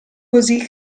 così